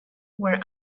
were